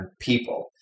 people